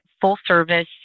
full-service